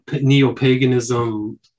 neo-paganism